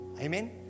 Amen